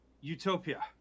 utopia